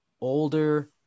older